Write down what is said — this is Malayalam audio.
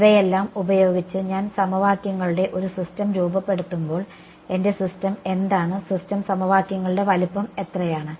ഇവയെല്ലാം ഉപയോഗിച്ച് ഞാൻ സമവാക്യങ്ങളുടെ ഒരു സിസ്റ്റം രൂപപ്പെടുത്തുമ്പോൾ എന്റെ സിസ്റ്റം എന്താണ് സിസ്റ്റം സമവാക്യങ്ങളുടെ വലുപ്പം എത്രയാണ്